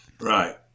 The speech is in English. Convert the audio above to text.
Right